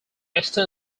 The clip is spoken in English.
extend